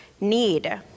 need